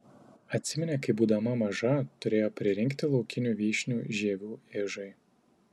atsiminė kai būdama maža turėjo pririnkti laukinių vyšnių žievių ižai